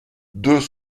deux